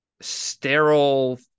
sterile